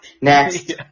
Next